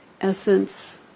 essence